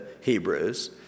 Hebrews